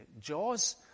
Jaws